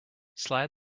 slide